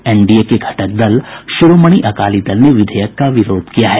NDA के घटक दल शिरोमणि अकाली दल ने विधेयक का विरोध किया है